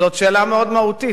זאת שאלה מאוד מהותית,